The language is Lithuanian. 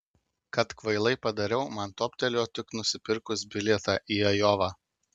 kad kvailai padariau man toptelėjo tik nusipirkus bilietą į ajovą